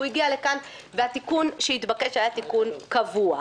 הצו הזה הגיע לכאן והתיקון שהתבקש לגביו היה תיקון קבוע.